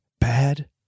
bad